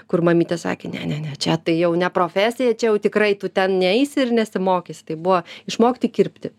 kur mamytė sakė ne ne ne čia tai jau ne profesija čia jau tikrai tu ten neisi ir nesimokysi tai buvo išmokti kirpti